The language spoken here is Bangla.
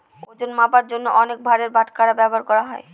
ওজন মাপার জন্য অনেক ভারের বাটখারা ব্যবহার করা হয়